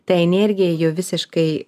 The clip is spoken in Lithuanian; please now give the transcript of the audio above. ta energija jau visiškai